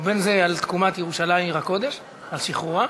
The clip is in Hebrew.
ובזה על תקומת ירושלים עיר הקודש, על שחרורה,